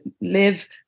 live